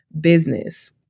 business